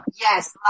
Yes